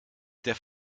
der